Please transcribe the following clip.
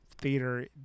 theater